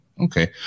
Okay